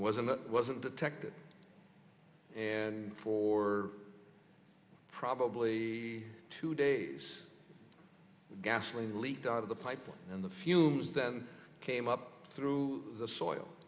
and wasn't detected and for probably two days gasoline leaked out of the pipe and the fumes that came up through the soil